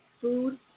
food